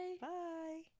bye